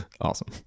Awesome